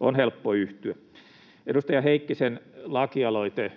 on helppo yhtyä. Edustaja Heikkisen lakialoite